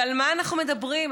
ועל מה אנחנו מדברים?